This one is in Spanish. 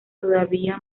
todavía